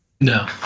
No